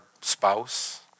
spouse